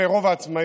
אלה רוב העצמאים,